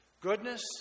goodness